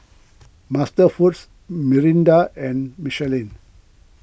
MasterFoods Mirinda and Michelin